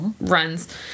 runs